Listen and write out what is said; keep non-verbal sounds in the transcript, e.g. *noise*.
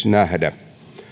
*unintelligible* nähdä